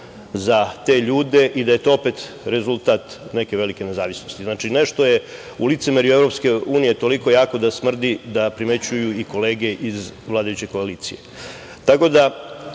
za te ljude i da je to opet rezultat neke velike nezavisnosti. Nešto je u licemerju Evropske unije toliko jako da smrdi, da primećuju i kolege iz vladajuće koalicije. Tako